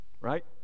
right